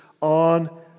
on